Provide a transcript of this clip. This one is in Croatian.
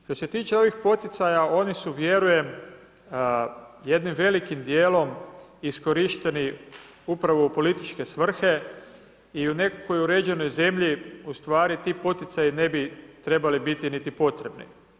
Što se tiče ovih poticaja, oni su vjerujem jednim velikim djelom iskorišteni upravo u političke svrhe i u nekakvoj uređenoj zemlji ustvari ti poticaji ne bi trebali niti potrebni.